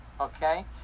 okay